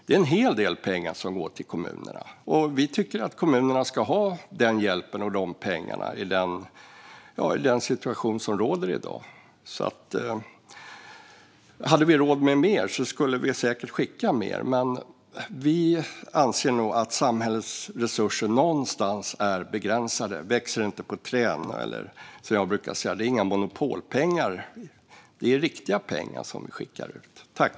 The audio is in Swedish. Det är en hel del pengar som går till kommunerna, och vi tycker att kommunerna ska ha den hjälpen och de pengarna i den situation som råder i dag. Hade vi råd med mer skulle vi säkert skicka mer, men vi anser nog att samhällets resurser någonstans är begränsade. De växer inte på träd. Som jag brukar säga: Det är inga monopolpengar vi skickar ut, utan det är riktiga pengar.